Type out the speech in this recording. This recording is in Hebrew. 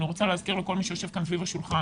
אני רוצה להזכיר לכל מי שיושב כאן סביב השולחן